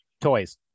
Toys